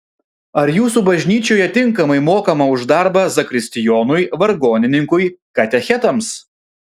ar jūsų bažnyčioje tinkamai mokama už darbą zakristijonui vargonininkui katechetams